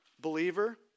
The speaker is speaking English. Believer